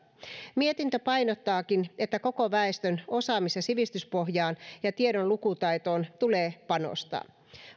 mietintö painottaakin että koko väestön osaamis ja sivistyspohjaan ja tiedon lukutaitoon tulee panostaa